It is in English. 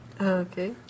Okay